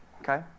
okay